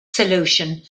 solution